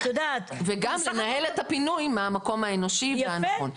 את יודעת --- וגם לנהל את הפינוי מהמקום האנושי והנכון.